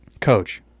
Coach